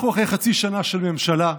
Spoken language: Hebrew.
אנחנו אחרי חצי שנה של ממשלה,